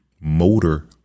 motor